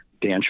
Dan